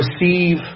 receive